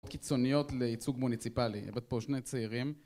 קיצוניות לייצוג מוניציפלי אבל פה שני צעירים